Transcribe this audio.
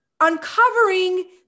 uncovering